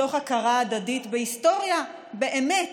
מתוך הכרה הדדית בהיסטוריה באמת,